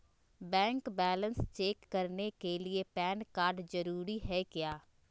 Bank balance check करने के लिए पैन कार्ड जरूरी है क्या?